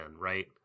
right